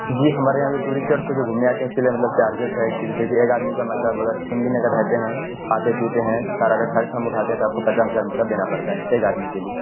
جی ہمارے یہاں جو ٹورسٹ ٹائپ جو گھومنے آتے ہیں اس کے لیے چارجز ہیں جیسے کہ ایک آدمی کا مطلب اگر تین دن اگر رہتے ہیں کھاتے پیتے ہیں سارا اگر خرچ ہم اٹھاتے ہیں تو آپ کو پچاس ہزار مطلب دینا پڑتا ہے ایک آدمی کے لیے